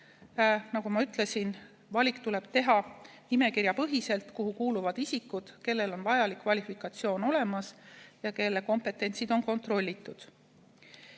Nagu ma ütlesin, valik tuleb teha nimekirjapõhiselt, kuhu kuuluvad isikud, kellel on vajalik kvalifikatsioon olemas ja kelle kompetents on kontrollitud.